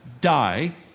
Die